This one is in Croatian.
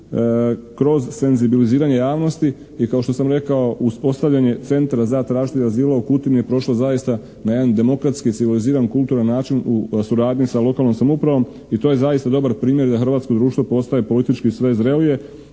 kroz senzibiliziranje javnosti i kao što sam rekao, uspostavljanje Centra za tražitelje azila u Kutini je prošlo zaista na jedan demokratski, civiliziran, kulturan način u suradnji sa lokalnom samoupravom. I to je zaista dobar primjer da hrvatsko društvo postaje politički sve zrelije